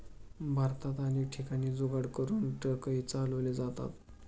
भारतात अनेक ठिकाणी जुगाड करून ट्रकही चालवले जातात